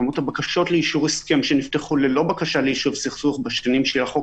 כמות הבקשות לאישור הסכם שנפתחו ללא בקשה ליישוב סכסוך בשנים של החוק,